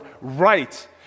right